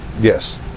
yes